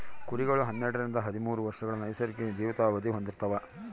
ಕುರಿಗಳು ಹನ್ನೆರಡರಿಂದ ಹದಿಮೂರು ವರ್ಷಗಳ ನೈಸರ್ಗಿಕ ಜೀವಿತಾವಧಿನ ಹೊಂದಿರ್ತವ